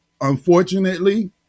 Unfortunately